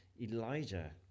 Elijah